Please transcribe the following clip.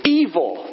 evil